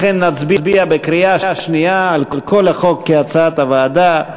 לכן נצביע בקריאה שנייה על כל החוק, כהצעת הוועדה.